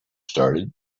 started